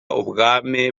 ubwami